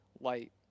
light